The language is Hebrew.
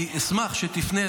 אני אשמח שתפנה,